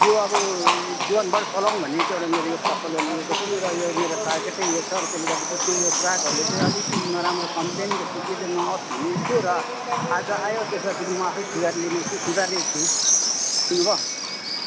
यो अब जीवनभर चलाउँ भनेर चाहिँ एउटा यो मेरो पसललाई लिएको छु र यो मेरो टारगेटै यो छ त्यसले गर्दा बिचमा यो ग्राहकहरूले चाहिँ अलिकति नराम्रो कम्प्लेन त्यस्तो केही न आओस् भन्ने थियो र आज आयो र म त्यसलाई म आफै सुधारी लिने छ सुधार्ने छु सुन्नुभयो